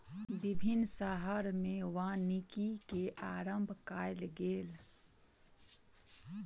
विभिन्न शहर में वानिकी के आरम्भ कयल गेल